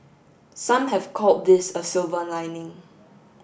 some have called this a silver lining